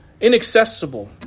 inaccessible